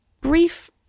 brief